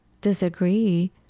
disagree